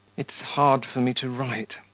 it's hard for me to write.